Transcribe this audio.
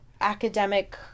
Academic